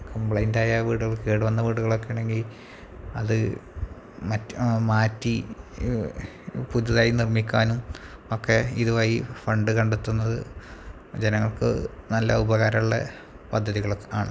കംപ്ലയിൻറ്റായ വീടും കേടുവന്ന വീടുകളൊക്കെയാണെങ്കില് അത് മാറ്റി പുതുതായി നിർമ്മിക്കാനും ഒക്കെ ഇതുവഴി ഫണ്ട് കണ്ടെത്തുന്നത് ജനങ്ങൾക്ക് നല്ല ഉപകാരമുള്ള പദ്ധതികളൊക്കെ ആണ്